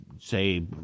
say